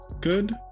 Good